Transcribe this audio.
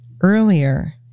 earlier